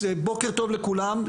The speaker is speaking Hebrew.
אז בוקר טוב לכולם,